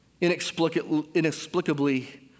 Inexplicably